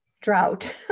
drought